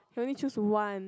can only choose one